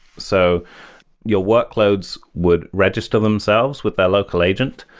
so your workloads would register themselves with their local agent.